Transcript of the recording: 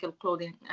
clothing